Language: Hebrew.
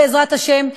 בעזרת השם,